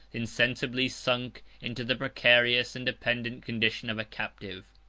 insensibly sunk into the precarious and dependent condition of a captive.